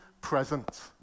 present